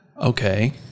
Okay